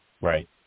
Right